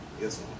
Yes